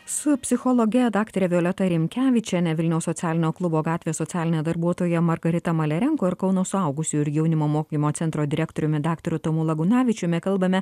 su psichologe daktare violeta rimkevičiene vilniaus socialinio klubo gatvės socialine darbuotoja margarita malarenko ir kauno suaugusiųjų ir jaunimo mokymo centro direktoriumi daktaru tomu lagūnavičiumi kalbame